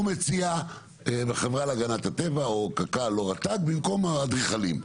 הוא מציע החברה להגנת הטבע או קק"ל או רט"ג במקום האדריכלים.